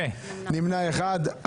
נמנע אחד.